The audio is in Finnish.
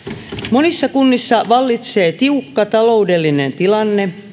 monissa kunnissa vallitsee tiukka taloudellinen tilanne